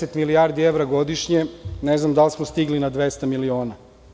Deset milijardi evra godišnje, ne znam da li smo stigli na 200 miliona.